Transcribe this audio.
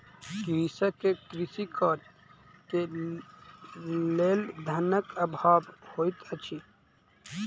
कृषक के कृषि कार्य के लेल धनक अभाव होइत अछि